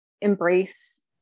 embrace